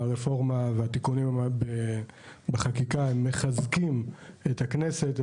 הרפורמה ותיקוני החקיקה מחזקים את הכנסת,